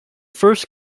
first